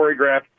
choreographed